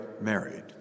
Married